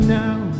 now